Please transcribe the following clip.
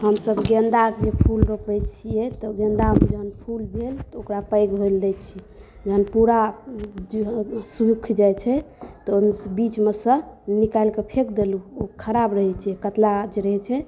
हमसभ गेंदाके फूल रोपै छियै तऽ गेंदामे जहन फूल भेल तऽ ओकरा पैघ होइ लए दै छियै जहन पूरा जे सूखि जाइ छै तऽ ओहिमे सॅं बीचमे सॅं निकालिक फेंक देलहुँ ओ ख़राब रहै छै कटलाहा जे रहै छै